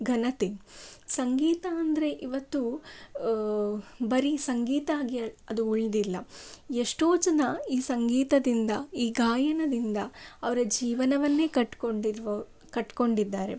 ಘನತೆ ಸಂಗೀತ ಅಂದರೆ ಇವತ್ತು ಬರೀ ಸಂಗೀತ ಆಗಿ ಅದು ಉಳಿದಿಲ್ಲ ಎಷ್ಟೋ ಜನ ಈ ಸಂಗೀತದಿಂದ ಈ ಗಾಯನದಿಂದ ಅವರ ಜೀವನವನ್ನೇ ಕಟ್ಕೊಂಡಿರುವ ಕಟ್ಕೊಂಡಿದ್ದಾರೆ